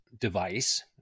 device